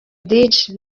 djs